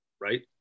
Right